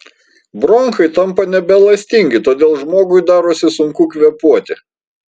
bronchai tampa nebeelastingi todėl žmogui darosi sunku kvėpuoti